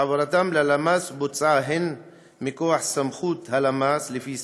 שהעברתם ללמ"ס בוצעה הן מכוח סמכות הלמ"ס לפי